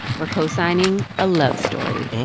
we're cosigning a love story